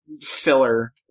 filler